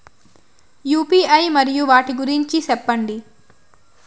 UPI మరియు వాటి గురించి సెప్పండి?